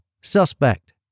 Suspect